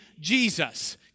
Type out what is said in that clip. Jesus